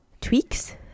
tweaks